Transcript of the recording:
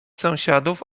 sąsiadów